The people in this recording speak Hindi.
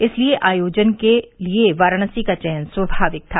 इसलिए आयोजन के लिये वाराणसी का चयन स्वाभाविक था